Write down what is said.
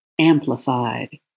amplified